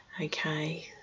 okay